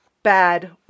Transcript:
bad